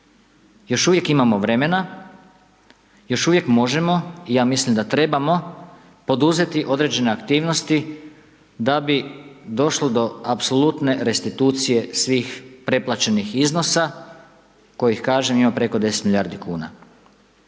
Još uvijek imamo vremena, još uvijek možemo i ja mislim da trebamo poduzeti određene aktivnosti, da bi došlo do apsolutne restitucije svih preplaćenih iznosa, koji kažem ima preko 10 milijardi kn.